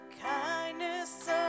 kindness